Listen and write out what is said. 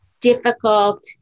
difficult